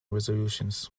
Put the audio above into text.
resolutions